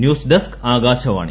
news desk Akashvani